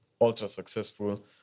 ultra-successful